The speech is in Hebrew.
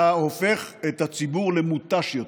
אתה הופך את הציבור למותש יותר.